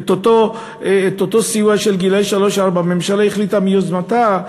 על אותו סיוע לגילאי שלוש-ארבע הממשלה החליטה מיוזמתה,